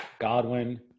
Godwin